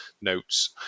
notes